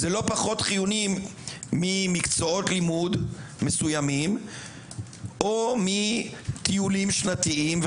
זה לא פחות חיוני ממקצועות לימוד מסוימים או מטיולים שנתיים,